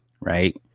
right